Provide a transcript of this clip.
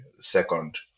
second